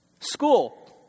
School